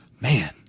Man